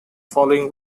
following